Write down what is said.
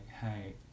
hey